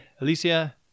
Alicia